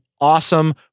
awesome